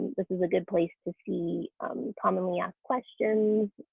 this is a good place to see commonly asked questions,